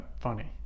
funny